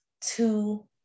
two